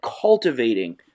cultivating